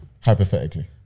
Hypothetically